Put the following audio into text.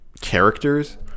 characters